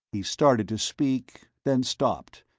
he started to speak, then stopped,